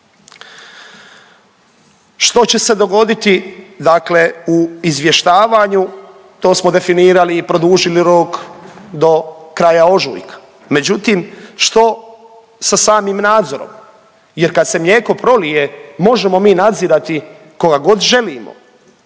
Što će se dogoditi dakle u izvještavanju to smo definirali i produžili rok do kraja ožujka. Međutim, što sa samim nadzorom jer kad se mlijeko prolije možemo mi nadzirati koda god želimo,